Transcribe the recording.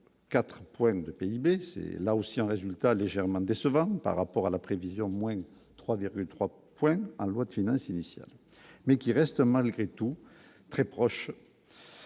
3,4 points de PIB, c'est là aussi un résultat légèrement décevant par rapport à la prévision moyenne 3,3 points en loi de finances initiale, mais qui reste malgré tout très proche.